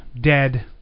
dead